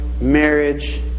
marriage